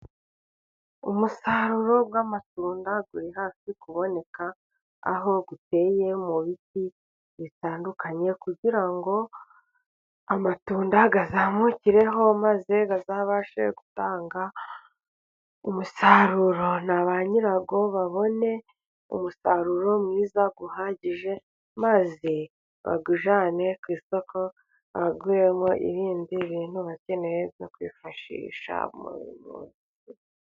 Umusaruro w'amatunda uri hafi kuboneka， aho uteye mu biti bitandukanye，kugira ngo amatunda azamukireho， maze bazabashe gutanga umusaruro， na ba nyirayo babone umusaruro mwiza uhagije， maze bawujyane ku isoko，baguremo ibndi bintu bakeneye， byo kwifashisha mu rugo.